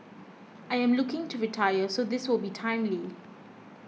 I am looking to retire so this will be timely